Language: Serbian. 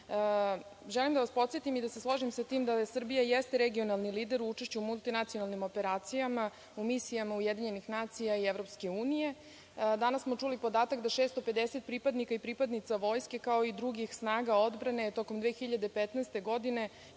želim da vas podsetim i da se složim sa tim, da Srbija jeste regionalni lider u učešću multinacionalnim operacijama u misijama UN i EU.Danas smo čuli podatak da je 650 pripadnika i pripadnica vojske, kao i drugih snaga odbrane tokom 2015. godine,